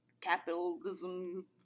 capitalism